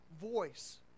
voice